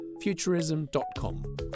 futurism.com